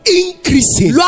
increasing